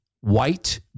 white